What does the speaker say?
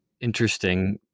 interesting